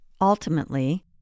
Ultimately